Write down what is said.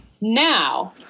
Now